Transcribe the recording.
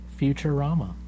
Futurama